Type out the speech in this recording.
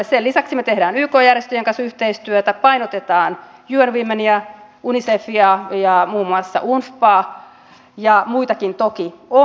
sen lisäksi me teemme yk järjestöjen kanssa yhteistyötä painotetaan un womeniä unicefia ja muun muassa unfpaa ja muitakin toki on